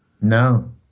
No